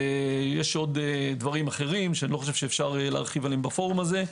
ויש עוד דברים אחרים שאני לא חושב שאפשר להרחיב עליהם בפורום הזה.